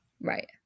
Right